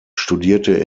studierte